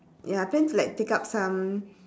ya plan to like take up some